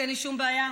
אין לי שום בעיה.